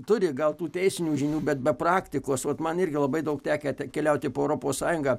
turi gaut tų teisinių žinių bet be praktikos vat man irgi labai daug tekę keliauti po europos sąjungą